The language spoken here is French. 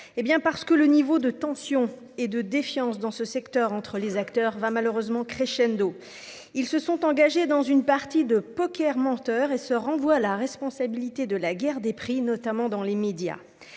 ? Parce que le niveau de tension et de défiance entre les acteurs de secteur va malheureusement crescendo. Ils se sont engagés dans une partie de poker menteur et se renvoient la responsabilité de la guerre des prix, notamment dans les médias.